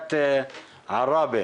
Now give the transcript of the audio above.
עיריית עראבה.